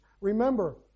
Remember